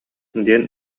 диэн